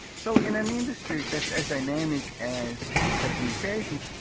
so in an industry that's as dynamic as telecommunications,